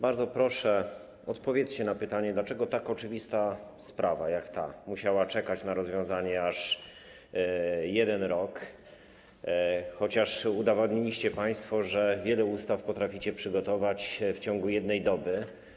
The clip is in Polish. Bardzo proszę, odpowiedzcie na pytanie: Dlaczego tak oczywista sprawa, jak ta, musiała czekać na rozwiązanie aż 1 rok, chociaż udowodniliście państwo, że wiele ustaw potraficie przygotować w ciągu jednej doby?